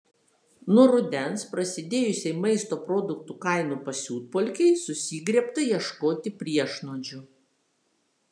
nuo rudens prasidėjusiai maisto produktų kainų pasiutpolkei susigriebta ieškoti priešnuodžių